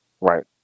Right